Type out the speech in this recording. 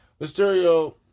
Mysterio